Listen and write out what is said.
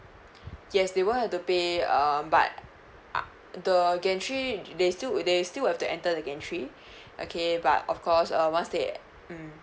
yes they won't have to pay um but uh the gantry they still they still have to enter the gantry okay but of course uh once they mm